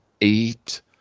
eight